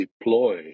deploy